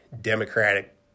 Democratic